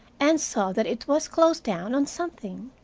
and saw that it was closed down on something,